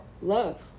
love